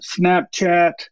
snapchat